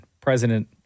president